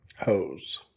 Hose